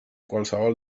qualsevol